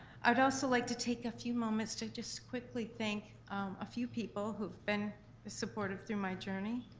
i'd also like to take a few moments to just quickly thank a few people who've been supportive through my journey.